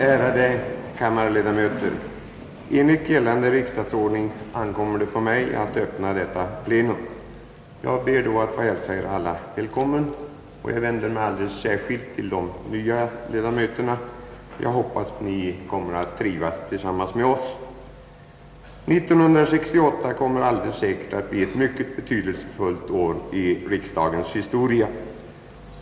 Ärade kammarledamöter! Enligt gällande riksdagsordning ankommer det på mig att öppna detta plenum. Jag ber att få hälsa Er alla välkomna och jag vänder mig alldeles särskilt till de nya ledamöterna. Jag hoppas att Ni kommer att trivas tillsammans med oss! 1968 kommer alldeles säkert att bli ett mycket betydelsefullt år i riksdagens historia.